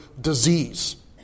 disease